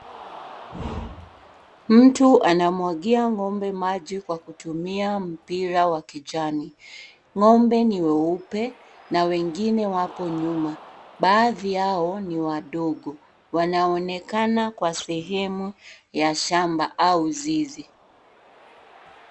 Mtu anamwagia ng'ombe maji kwa kutumia mpira wa kijani. Ng'ombe ni weupe na wengine wapo nyuma. Baadhi yao ni wadogo. Wanaonekana kwa sehemu ya shamba au zizi.